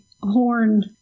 horn